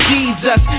Jesus